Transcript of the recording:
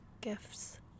gifts